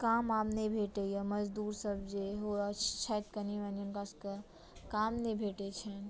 काम आब नहि भेटैया मजदूर सभ जेहो छथि कनि मनि काम नहि भेटै छनि